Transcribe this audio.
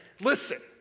listen